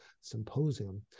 symposium